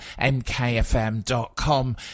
mkfm.com